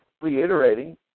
reiterating